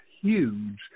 huge